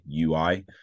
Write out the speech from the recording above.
UI